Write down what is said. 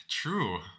true